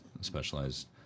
specialized